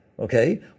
Okay